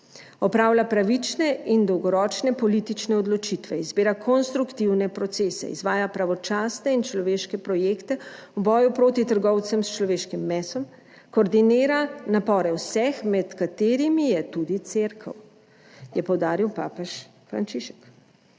opravlja pravične in dolgoročne politične odločitve, izbira konstruktivne procese, izvaja pravočasne in človeške projekte v boju proti trgovcem s človeškim mesom, koordinira napore vseh, med katerimi je tudi cerkev, je poudaril papež Frančišek.«